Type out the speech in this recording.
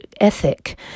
ethic